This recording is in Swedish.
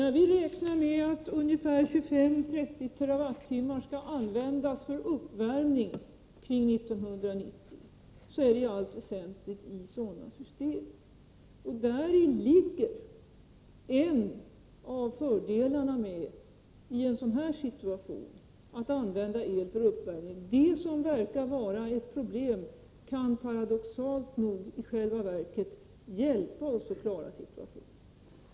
När vi räknar med att omkring år 1990 ungefär 25-30 TWh skall användas för uppvärmning, är det i allt väsentligt i sådana system. Däri ligger i en sådan här situation en av fördelarna med att använda el för uppvärmning. Det som verkar vara ett problem kan paradoxalt nog i själva verket hjälpa oss att klara situationen.